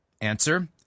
Answer